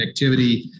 connectivity